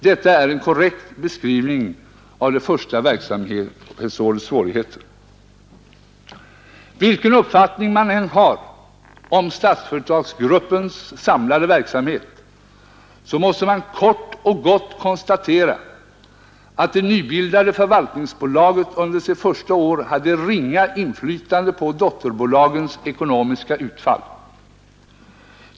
Detta är en korrekt beskrivning av det första verksamhetsårets svårigheter. Vilken uppfattning man än har om Statsföretagsgruppens samlade verksamhet, så måste man kort och gott konstatera att det nybildade förvaltningsbolaget under sitt första år hade ringa inflytande på dotterbolagens ekonomiska utfall.